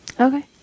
okay